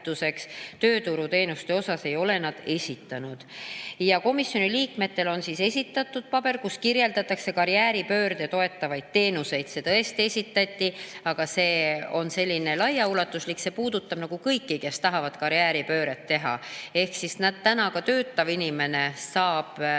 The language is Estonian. tööturuteenuste kohta ei ole nad esitanud. Komisjoni liikmetele on esitatud paber, kus kirjeldatakse karjääripööret toetavaid teenuseid. See tõesti esitati, aga see on selline laiaulatuslik, see puudutab kõiki, kes tahavad karjääripööret teha. Ehk ka täna töötav inimene saab